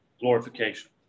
glorification